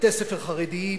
בתי-ספר חרדיים,